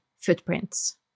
footprints